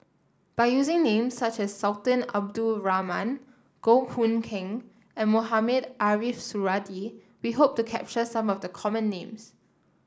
by using names such as Sultan Abdul Rahman Goh Hood Keng and Mohamed Ariff Suradi we hope to capture some of the common names